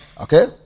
Okay